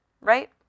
right